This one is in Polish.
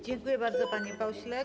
Dziękuję bardzo, panie pośle.